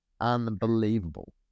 unbelievable